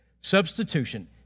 Substitution